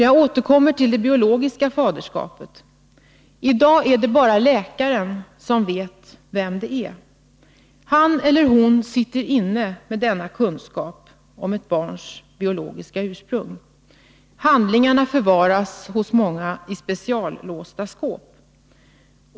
Jag återkommer till frågan om det biologiska faderskapet. I dag är det bara läkaren som vet vem den biologiske fadern är. Han eller hon ensam sitter inne med kunskapen om ett barns biologiska ursprung. Många läkare förvarar handlingarna i speciallåsta skåp.